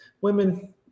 Women